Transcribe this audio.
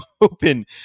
Open